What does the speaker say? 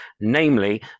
namely